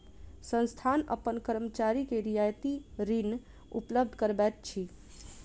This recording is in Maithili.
संस्थान अपन कर्मचारी के रियायती ऋण उपलब्ध करबैत अछि